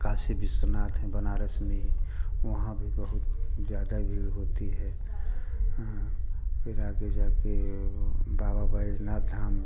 काशी विश्वनाथ हैं बनारस में वहाँ भी बहुत ज़्यादा भीड़ होती है हाँ फिर आगे जा कर वह बाबा बैधनाथ धाम